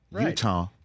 Utah